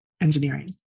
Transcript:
engineering